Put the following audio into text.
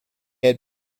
had